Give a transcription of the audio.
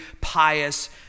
pious